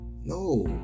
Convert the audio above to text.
no